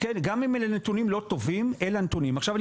עכשיו,